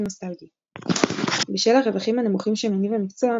נוסטלגי בשל הרווחים הנמוכים שמניב המקצוע,